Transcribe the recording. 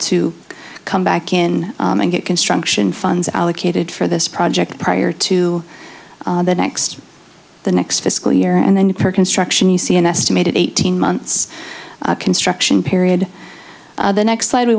to come back in and get construction funds allocated for this project prior to the next the next fiscal year and then per construction you see an estimated eighteen months construction period the next sli